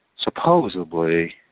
supposedly